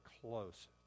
close